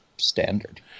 Standard